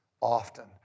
often